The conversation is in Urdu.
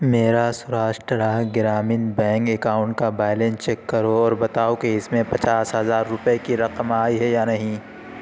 میرا سوراشٹرہ گرامین بینک اکاؤنٹ کا بیلنس چیک کرو اور بتاؤ کہ اس میں پچاس ہزار روپے کی رقم آئی ہے یا نہیں